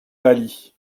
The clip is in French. pâli